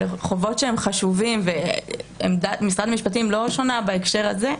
חובות שהם חשובים ומשרד המשפטים לא שונה בהקשר הזה,